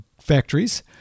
factories